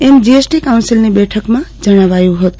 એમ GST કાઉન્સીલની બેઠકમાં જણાવાયું હતું